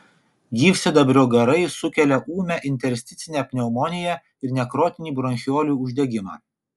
gyvsidabrio garai sukelia ūmią intersticinę pneumoniją ir nekrotinį bronchiolių uždegimą